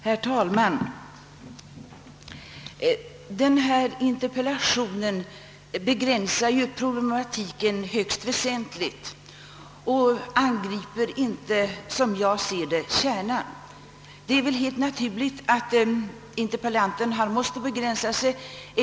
Herr talman! Den interpellation vi nu diskuterar begränsar problematiken högst väsentligt och angriper inte dess kärna. Interpellanten har upptagit enbart skolans roll i sammanhanget.